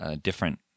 different